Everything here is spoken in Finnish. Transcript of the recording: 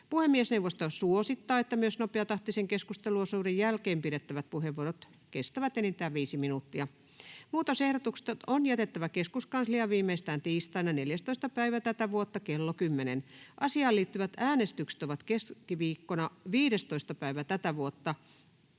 Puhemiesneuvosto suosittaa, että myös nopeatahtisen keskusteluosuuden jälkeen pidettävät puheenvuorot kestävät enintään viisi minuuttia. Muutosehdotukset on jätettävä keskuskansliaan viimeistään tiistaina 14.11.2023 kello 10.00. Asiaan liittyvät äänestykset ovat keskiviikkona 15.11.2023. Siltä